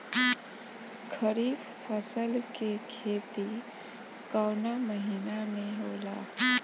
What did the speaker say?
खरीफ फसल के खेती कवना महीना में होला?